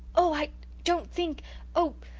oh i don't think oh,